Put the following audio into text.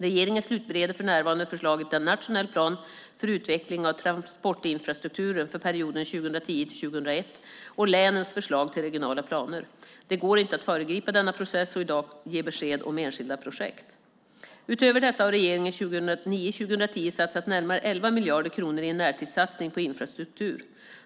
Regeringen slutbereder för närvarande förslaget till nationell plan för utveckling av transportinfrastrukturen för perioden 2010-2021 och länens förslag till regionala planer. Det går inte att föregripa denna process och i dag ge besked om enskilda projekt. Utöver detta har regeringen 2009-2010 satsat närmare 11 miljarder kronor i en närtidssatsning på infrastruktur.